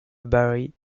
barry